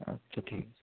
আচ্ছা ঠিক আছে